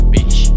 Bitch